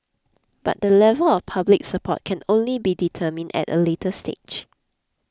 but the level of public support can only be determined at a later stage